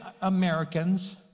Americans